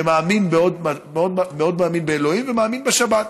שמאמין מאוד באלוהים ומאמין בשבת.